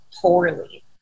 poorly